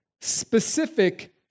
specific